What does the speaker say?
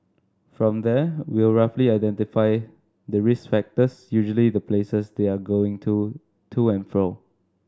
from there we'll roughly identify the risk factors usually the places they're going to to and fro